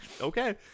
okay